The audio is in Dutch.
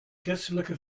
christelijke